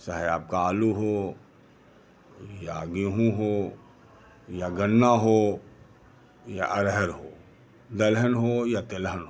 चाहे आपका आलू हो या गेहूं हो या गन्ना हो या अरहर हो दलहन हो या तिलहन हो